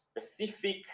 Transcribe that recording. specific